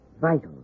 Vital